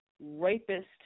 rapist